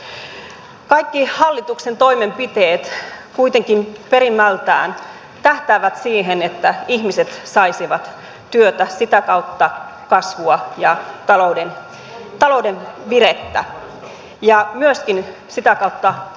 kaikki hallituksen toimenpiteet kuitenkin perimmältään tähtäävät siihen että ihmiset saisivat työtä sitä kautta kasvua ja talouden virettä ja myöskin sitä kautta oikeudenmukaisuus toteutuu